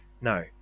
No